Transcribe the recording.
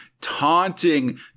taunting